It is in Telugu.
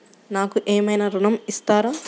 నాకు ఏమైనా ఋణం ఇస్తారా?